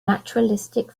naturalistic